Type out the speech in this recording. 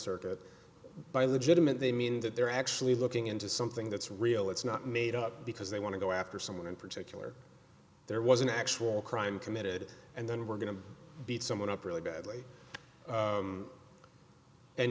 circuit by legitimate they mean that they're actually looking into something that's real it's not made up because they want to go after someone in particular there was an actual crime committed and then were going to beat someone up really badly